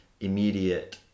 immediate